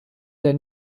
der